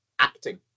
acting